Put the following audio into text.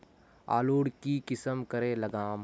आलूर की किसम करे लागम?